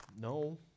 No